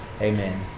Amen